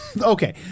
Okay